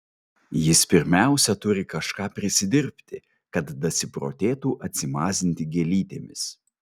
jis pirmiausia turi kažką prisidirbti kad dasiprotėtų atsimazinti gėlytėmis